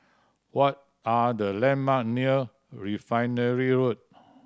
what are the landmark near Refinery Road